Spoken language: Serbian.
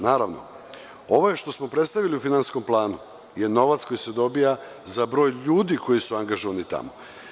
Naravno, ovo što smo predstavili u finansijskom planu je novac koji se dobija za broj ljudi koji su angažovani tamo.